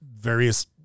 various